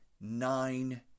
nine